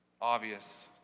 obvious